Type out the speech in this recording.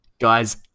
Guys